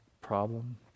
problem